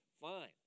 fine